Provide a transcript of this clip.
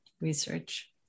research